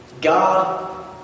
God